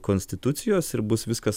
konstitucijos ir bus viskas